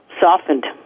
softened